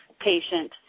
patient